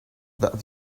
that